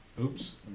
Oops